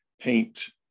paint